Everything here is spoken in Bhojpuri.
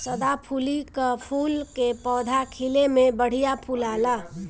सदाफुली कअ फूल के पौधा खिले में बढ़िया फुलाला